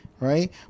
right